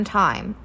time